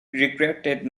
regretted